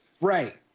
Right